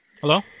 Hello